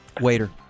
waiter